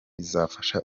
izabafasha